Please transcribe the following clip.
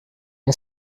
این